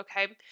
okay